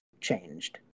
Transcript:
changed